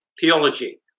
theology